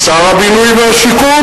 שר הבינוי והשיכון,